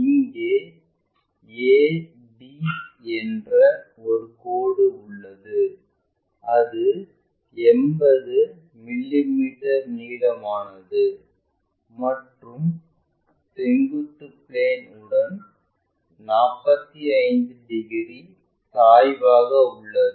இங்கே AB என்ற ஒரு கோடு உள்ளது இது 80 மிமீ நீளமானது மற்றும் செங்குத்து பிளேன் உடன் 45 டிகிரி சாய்வாக உள்ளது